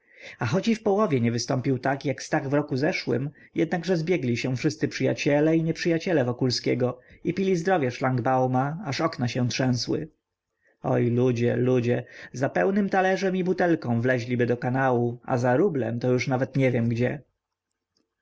a choć i w połowie nie wystąpił tak jak stach w roku zeszłym jednakże zbiegli się wszyscy przyjaciele i nieprzyjaciele wokulskiego i pili zdrowie szlangbauma aż okna się trzęsły oj ludzie ludzie za pełnym talerzem i butelką wleźliby do kanału a za rublem to już nawet nie wiem gdzie